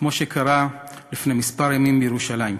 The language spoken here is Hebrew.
כמו שקרה לפני כמה ימים בירושלים.